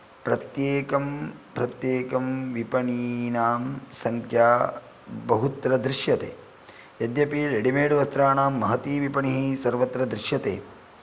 प्रत्येकं प्रत्येकम् विपणीनां संख्या बहुत्र दृश्यते यद्यपि रेडिमेड् वस्त्राणां महती विपणिः सर्वत्र दृश्यते